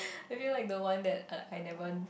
have you like the one that uh I never